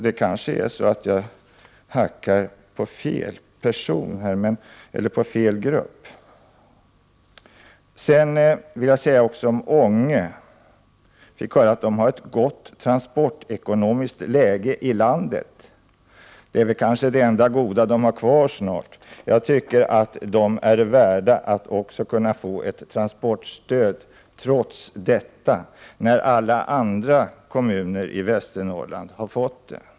Jag kanske hackar på fel grupp av människor. Jag vill också säga några ord om Ånge som vi diskuterade här. Jag fick höra att den orten har ett gott transportekonomiskt läge i det här landet. Det är väl snart det ända goda man har kvar. Människorna i Ånge är värda att också kunna få ett transportstöd trots sitt läge när alla andra orter i Norrland har fått det.